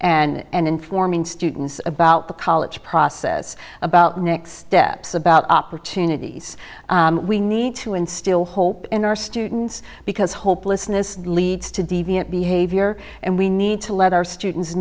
and informing students about the college process about next steps about opportunities we need to instill hope in our students because hopelessness leads to deviant behavior and we need to let our students